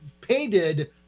painted